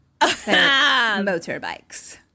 motorbikes